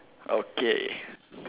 okay